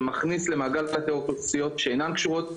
זה מכניס למעגל הזה אוכלוסיות שאינן קשורות,